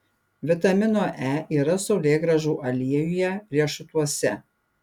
vitamino e yra saulėgrąžų aliejuje riešutuose